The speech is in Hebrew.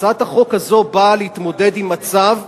הצעת החוק הזו באה להתמודד עם מצב,